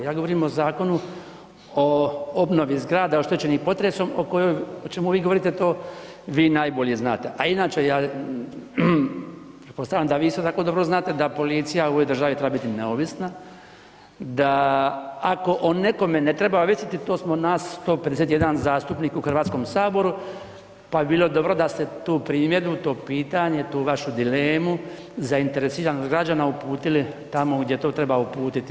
Ja govorim o Zakonu o obnovi zgrada oštećenih potresom, o čemu vi govorite to, vi najbolje znate a inače ja pretpostavljam da vi isto tako dobro znate da policija u ovoj državi treba biti neovisna, da ako o nekome ne treba ovisiti to smo nas 151 zastupnik u HS, pa bi bilo dobro da ste tu primjedbu, to pitanje, tu vašu dilemu zainteresiranost građana uputili tamo gdje to treba uputiti.